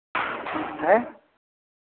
हैं